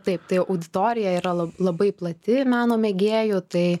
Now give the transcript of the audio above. taip tai auditorija yra la labai plati meno mėgėjų tai